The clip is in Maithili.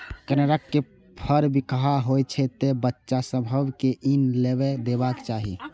कनेरक फर बिखाह होइ छै, तें बच्चा सभ कें ई नै लेबय देबाक चाही